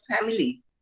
family